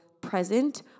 present